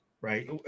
right